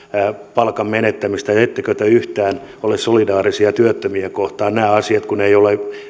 palkan menettämistä ettekö te yhtään ole solidaarisia työttömiä kohtaan nämä asiat kun eivät ole